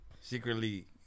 secretly